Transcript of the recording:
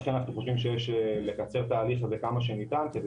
לכן אנחנו חושבים שיש לקצר את ההליך הזה כמה שניתן כדי